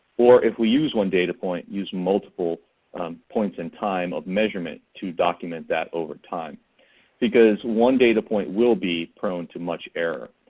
or if we use one data point, use multiple points in time of measurement to document that over time because one data point will be prone to much error.